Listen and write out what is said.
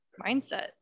mindset